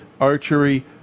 archery